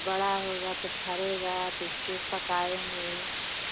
बड़ा होगा तो फरेगा तो उसके पख आऍंगे